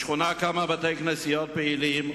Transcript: בשכונה כמה בתי-כנסיות פעילים,